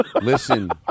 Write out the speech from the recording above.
Listen